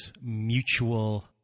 mutual